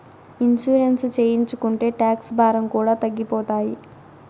insurance చేయించుకుంటే tax భారం కూడా తగ్గిపోతాయి